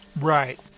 right